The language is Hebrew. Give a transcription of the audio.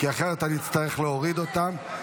כי אחרת אני אצטרך להוריד אותן.